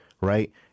right